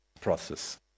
process